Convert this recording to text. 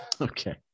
Okay